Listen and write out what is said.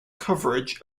coverage